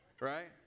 Right